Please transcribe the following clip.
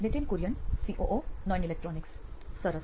Nithin Kurian COO નોઇન electronics સરસ